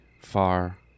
far